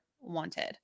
wanted